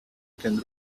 can